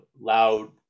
loud